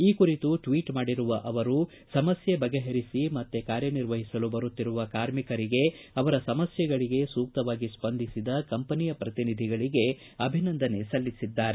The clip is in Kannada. ಈ ಕುರಿತು ಟ್ವೀಟ್ ಮಾಡಿರುವ ಅವರು ಸಮಸ್ಥೆಗಳನ್ನು ಬಗೆಪರಿಸಿ ಮತ್ತೆ ಕಾರ್ಯನಿರ್ವಹಿಸಲು ಬರುತ್ತಿರುವ ಕಾರ್ಮಿಕರಿಗೆ ಅವರ ಸಮಸ್ಥೆಗಳಿಗೆ ಸೂಕ್ತವಾಗಿ ಸ್ಪಂದಿಸಿದ ಕಂಪನಿಯ ಪ್ರತಿನಿಧಿಗಳಿಗೆ ಅಭಿನಂದನೆ ಸಲ್ಲಿಸಿದ್ದಾರೆ